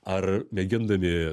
ar mėgindami